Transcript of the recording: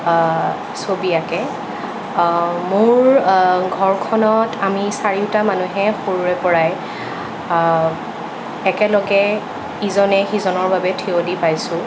ছবি আঁকে মোৰ ঘৰখনত আমি চাৰিওটা মানুহে সৰুৰে পৰাই একেলগে ইজনে সিজনৰ বাবে থিয় দি পাইছো